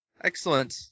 Excellent